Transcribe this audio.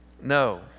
No